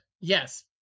Yes